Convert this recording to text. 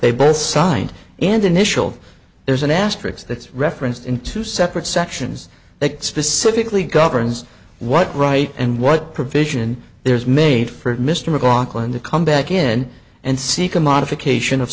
they both signed and initial there's an ass tricks that's referenced in two separate sections that specifically governs what right and what provision there is made for mr mclaughlin the come back in and seek a modification of